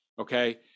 Okay